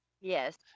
Yes